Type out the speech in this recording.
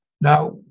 Now